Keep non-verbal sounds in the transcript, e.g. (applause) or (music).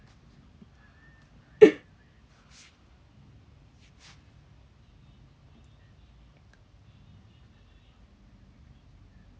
(laughs)